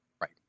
Right